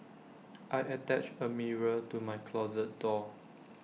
I attached A mirror to my closet door